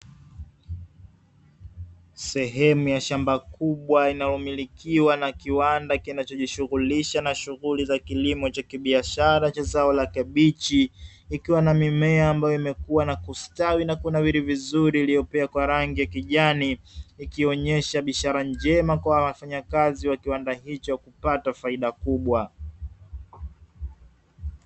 Sehemu ya shamba kubwa inayomilikiwa na kiwanda kinachojishughulisha na shughuli za kilimo cha kibiashara cha zao la kabichi ikiwa na mimea ambayo imekuwa na kustawi na kuna vitu vizuri iliyopea kwa rangi ya kijani, ikionyesha bishara njema kwa wafanyakazi wa kiwanda hicho kupata faida kubwa.